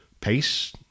pace